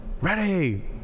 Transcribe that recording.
ready